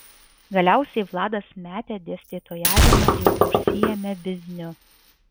galiausiai vladas metė dėstytojavimą ir užsiėmė bizniu